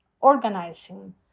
organizing